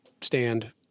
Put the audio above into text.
stand